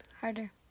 harder